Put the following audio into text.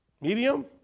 Medium